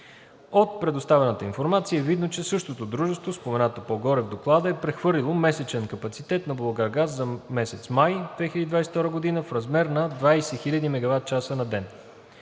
От предоставената информация е видно, че същото дружество, споменато по-горе в Доклада, е прехвърлило месечен капацитет на „Булгаргаз“ за месец май 2022 г. в размер на 20 000 мегаватчаса на ден.